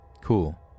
Cool